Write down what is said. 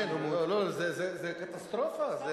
כן, זה קטסטרופה.